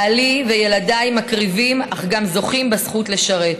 בעלי וילדיי מקריבים, אך גם זוכים בזכות לשרת.